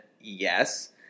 yes